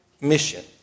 mission